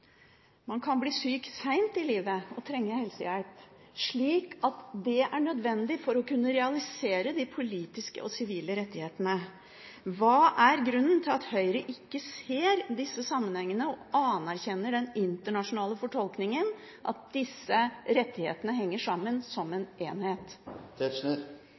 Man kan bli syk sent i livet og trenge helsehjelp, slik at det er nødvendig for å kunne realisere de politiske og sivile rettighetene. Hva er grunnen til at Høyre ikke ser disse sammenhengene og anerkjenner den internasjonale fortolkningen – at disse rettighetene henger sammen som